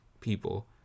people